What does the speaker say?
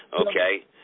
okay